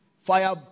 Fire